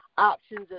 options